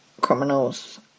criminals